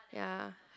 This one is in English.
ya